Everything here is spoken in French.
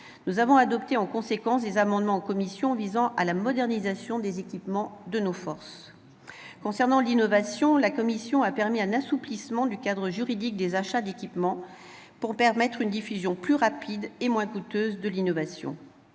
nous avons adopté en commission des amendements visant à la modernisation des équipements de nos forces. Concernant l'innovation, la commission a permis un assouplissement du cadre juridique des achats d'équipements, pour permettre une diffusion plus rapide et moins coûteuse de l'innovation.